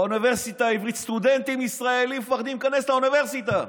באוניברסיטה העברית סטודנטים ישראלים מפחדים להיכנס לאוניברסיטה.